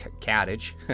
cottage